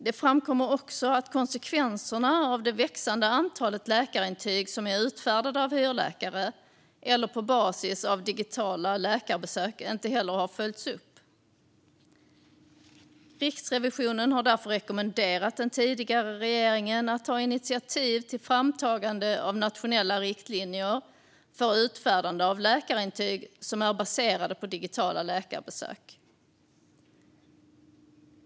Det framkommer också att konsekvenserna av det växande antalet läkarintyg som är utfärdade av hyrläkare eller på basis av digitala läkarbesök inte har följts upp. Riksrevisionen har därför rekommenderat den tidigare regeringen att ta initiativ till framtagande av nationella riktlinjer för utfärdande av läkarintyg som är baserade på digitala läkarbesök.